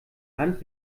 hand